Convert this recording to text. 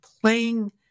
playing